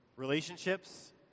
relationships